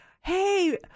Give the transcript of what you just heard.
hey